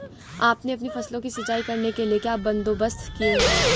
आपने अपनी फसलों की सिंचाई करने के लिए क्या बंदोबस्त किए है